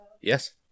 Yes